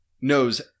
knows